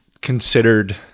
considered